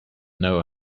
know